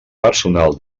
personal